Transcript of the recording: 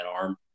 arm